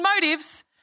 motives